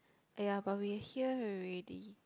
!aiya! but we are here already